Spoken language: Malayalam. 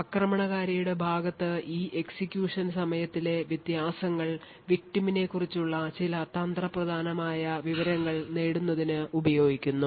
ആക്രമണകാരിയുടെ ഭാഗത്തു ഈ എക്സിക്യൂഷൻ സമയത്തിലെ വ്യത്യാസങ്ങൾ victim നെക്കുറിച്ചുള്ള ചില തന്ത്രപ്രധാനമായ വിവരങ്ങൾ നേടുന്നതിന് ഉപയോഗിക്കുന്നു